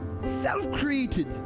self-created